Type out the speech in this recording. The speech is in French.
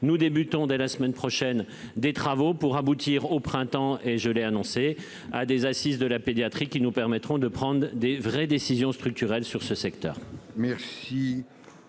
nous débutons dès la semaine prochaine des travaux pour aboutir au printemps et je l'ai annoncé à des assises de la pédiatrie qui nous permettront de prendre des vraies décisions structurelles sur ce secteur.